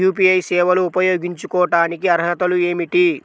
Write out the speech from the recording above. UPI సేవలు ఉపయోగించుకోటానికి అర్హతలు ఏమిటీ?